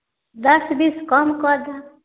दस बीस कम कऽ देब